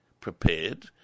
prepared